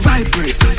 Vibrate